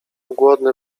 głodny